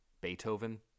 Beethoven